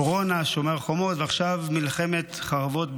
קורונה, שומר החומות, עכשיו מלחמת חרבות ברזל.